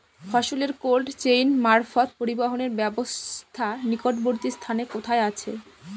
ফসলের cold chain মারফত পরিবহনের ব্যাবস্থা নিকটবর্তী স্থানে কোথায় আছে?